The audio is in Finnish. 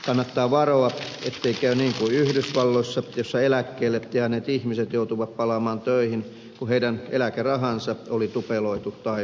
kannattaa varoa ettei käy niin kuin yhdysvalloissa jossa eläkkeelle jääneet ihmiset joutuivat palaamaan töihin kun heidän eläkerahansa oli tupeloitu taivaan tuuliin